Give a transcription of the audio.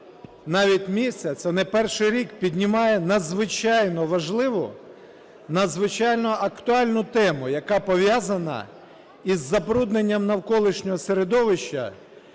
мабуть, місяць і не перший рік піднімає надзвичайно важливу, надзвичайно актуальну тему, яка пов'язані із забрудненням навколишнього середовища,